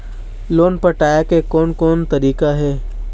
Loan पटाए के कोन कोन तरीका हे?